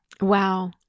Wow